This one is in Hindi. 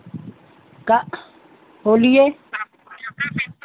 का बोलिए